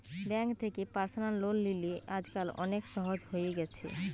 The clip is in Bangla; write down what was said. বেঙ্ক থেকে পার্সনাল লোন লিলে আজকাল অনেক সহজ হয়ে গেছে